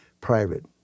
private